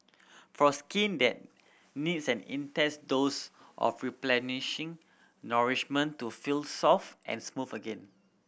for skin that needs an intense dose of replenishing nourishment to feel soft and smooth again